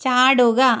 ചാടുക